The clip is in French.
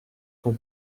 qu’on